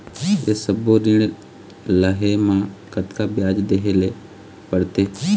ये सब्बो ऋण लहे मा कतका ब्याज देहें ले पड़ते?